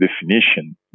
definition